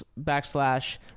backslash